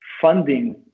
funding